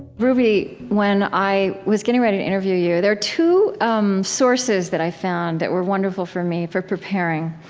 ruby, when i was getting ready to interview you, there are two um sources that i found that were wonderful for me for preparing.